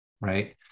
right